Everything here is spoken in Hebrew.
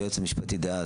היועץ המשפטי דאז,